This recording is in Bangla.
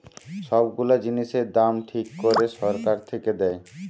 সব গুলা জিনিসের দাম ঠিক করে সরকার থেকে দেয়